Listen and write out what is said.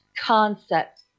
concept